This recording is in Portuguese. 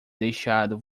deixado